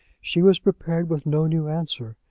she was prepared with no new answer,